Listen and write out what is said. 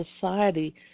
society